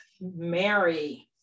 Mary